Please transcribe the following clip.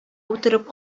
утырып